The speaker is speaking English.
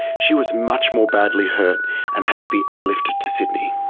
she was much more badly hurt and had to be airlifted to sydney.